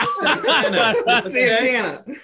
Santana